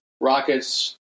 rockets